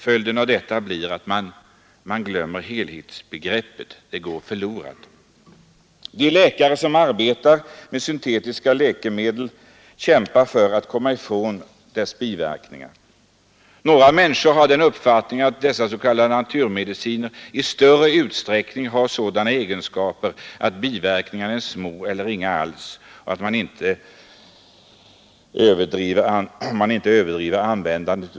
Följden blir att helhetsbegreppet går förlorat. De läkare som arbetar med syntetiska läkemedel kämpar för att komma ifrån deras biverkningar. Några människor har den uppfattningen att de s.k. naturmedicinerna i större utsträckning har sådana egenskaper att biverkningarna är små eller inga alls, om man inte överdriver användandet.